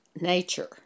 nature